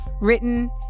written